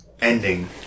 ending